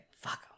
fuck